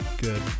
good